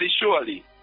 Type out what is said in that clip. surely